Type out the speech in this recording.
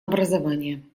образование